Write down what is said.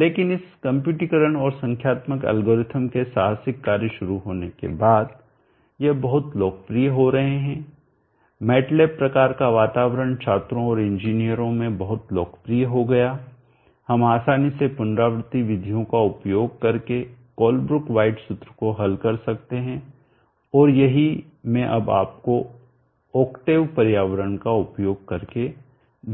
लेकिन इस कम्प्यूटरीकरण और संख्यात्मक एल्गोरिथम के साहसिक कार्य शुरू होने के बाद यह बहुत लोकप्रिय हो रहे हैं MATLAB प्रकार का वातावरण छात्रों और इंजीनियरों में बहुत लोकप्रिय हो गया हम आसानी से पुनरावृत्ति विधियों का उपयोग करके कोलब्रुक वाइट सूत्र को हल कर सकते हैं और यही मैं अब आपको ओक्टेव पर्यावरण का उपयोग करके